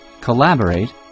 collaborate